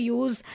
use